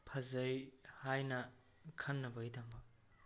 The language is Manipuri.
ꯐꯖꯩ ꯍꯥꯏꯅ ꯈꯟꯅꯕꯒꯤꯗꯃꯛ